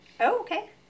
okay